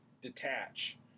detach